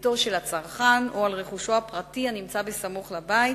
בביתו של הצרכן או על רכושו הפרטי הנמצא סמוך לבית,